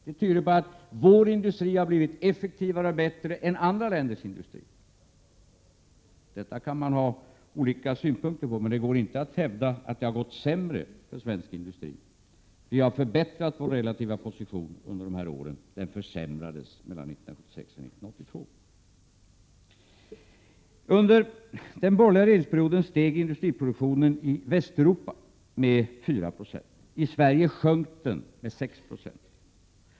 Det tyder på att vår industri har blivit effektivare än andra länders industrier. Detta kan man ha olika synpunkter på, men det går inte att hävda att det gått sämre för svensk industri. Vi har förbättrat vår relativa position under de här åren. Den försämrades mellan 1976 och 1982. Under den borgerliga regeringsperioden steg industriproduktionen i Västeuropa med 4 90. I Sverige sjönk den med 6 90.